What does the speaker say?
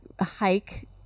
hike